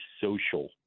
Social